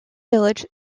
village